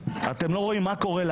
אתם לא רואים מה קורה סביבכם?